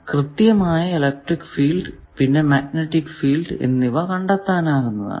കൃത്യമായ electric field പിന്നെ magnetic field എന്നിവ കണ്ടെത്താനാകുന്നതാണ്